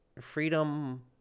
freedom